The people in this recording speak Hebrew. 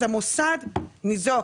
אז המוסד ניזוק,